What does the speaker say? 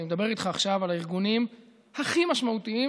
אני מדבר איתך עכשיו על הארגונים הכי משמעותיים,